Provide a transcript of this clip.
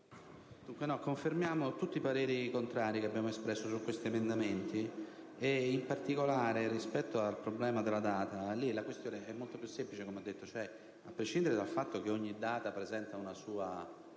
confermiamo i pareri contrari che abbiamo espresso su questi emendamenti. In particolare, rispetto al problema della data, si pone una questione molto più semplice. A prescindere dal fatto che ogni data presenta una sua